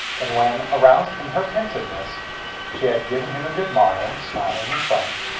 and when, aroused from her pensiveness she had given him a good-morrow, smiling and frank,